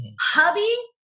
hubby